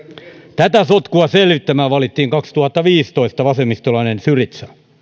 tätä sotkua selvittämään valittiin kaksituhattaviisitoista vasemmistolainen syriza